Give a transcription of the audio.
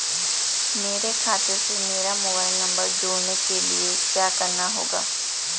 मेरे खाते से मेरा मोबाइल नम्बर जोड़ने के लिये क्या करना होगा?